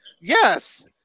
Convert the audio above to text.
yes